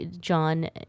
john